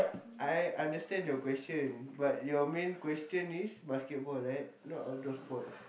I understand your question but your main question is basketball right not outdoor sport